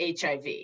HIV